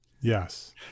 Yes